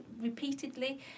repeatedly